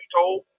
told